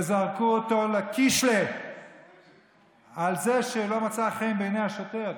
וזרקו אותו לקישלה על זה שלא מצא חן בעיני השוטר,